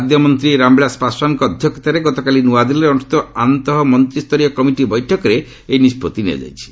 ଖାଦ୍ୟମନ୍ତ୍ରୀ ରାମବିଳାସ ପାଶ୍ୱାନଙ୍କ ଅଧ୍ୟକ୍ଷତାରେ ଗତକାଲି ନୂଆଦିଲ୍ଲୀରେ ଅନୁଷ୍ଠିତ ଆନ୍ତଃ ମନ୍ତ୍ରିସରୀୟ କମିଟି ବୈଠକରେ ଏହି ନିଷ୍ପଭି ନିଆଯାଇଛି